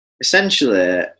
essentially